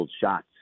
shots